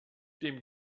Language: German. dem